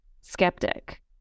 skeptic